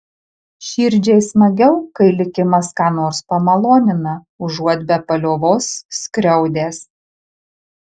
širdžiai smagiau kai likimas ką nors pamalonina užuot be paliovos skriaudęs